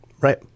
Right